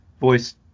voice